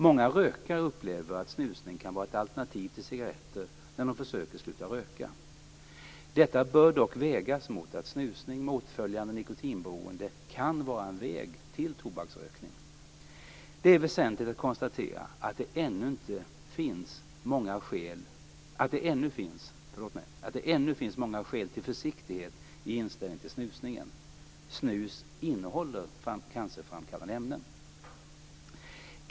Många rökare upplever att snusning kan vara ett alternativ till cigaretter när de försöker sluta röka. Detta bör dock vägas mot att snusning med åtföljande nikotinberoende kan vara en väg till tobaksrökning. Det är väsentligt att konstatera att det ännu finns många skäl till försiktighet i inställningen till snusning. Snus innehåller cancerframkallande ämnen.